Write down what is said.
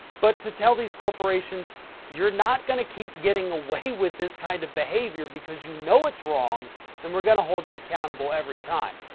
but to tell these corporations you're not gonna keep getting away with this kind of behavior because you know it's wrong and we're going to hold you accountable every time.